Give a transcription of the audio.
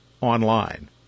online